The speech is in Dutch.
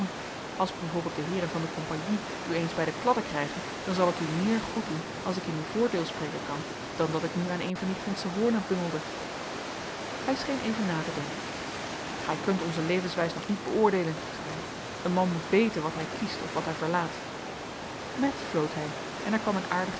als b v de heeren van de compagnie u eens bij de kladden krijgen dan zal het u meer goed doen als ik in uw voordeel spreken kan dan dat ik nu aan een van die gindsche hoornen bungelde hij scheen even na te denken gij kunt onze levenswijs nog niet beoordeelen zei hij een man moet weten wat hij kiest of wat hij verlaat met floot hij en er kwam een aardige